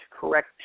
correct